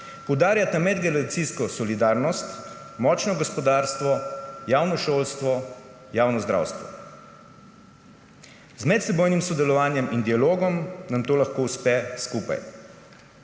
poudarjata medgeneracijsko solidarnost, močno gospodarstvo, javno šolstvo, javno zdravstvo. Z medsebojnim sodelovanjem in dialogom nam to lahko uspe skupaj.